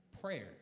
Prayer